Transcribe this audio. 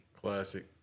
Classic